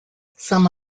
some